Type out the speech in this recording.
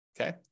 okay